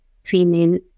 female